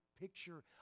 picture